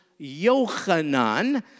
Yochanan